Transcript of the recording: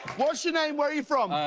what is your name where are you from.